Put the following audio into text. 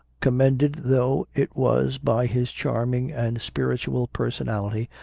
commended though it was by his charming and spiritual personality,